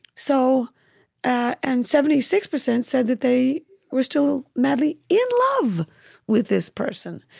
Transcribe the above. so and seventy six percent said that they were still madly in love with this person.